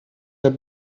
der